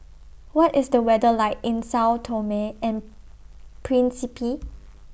What IS The weather like in Sao Tome and Principe